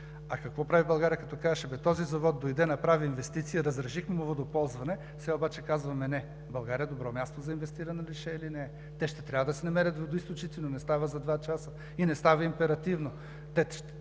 А какво прави България, като кажеш: абе този завод дойде, направи инвестиция, разрешихме му водоползване, сега обаче казваме: не. България добро място за инвестиране ли ще е, или не е? Те ще трябва да си намерят водоизточници, но не става за два часа и не става императивно, те ще